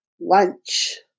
Lunch